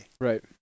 right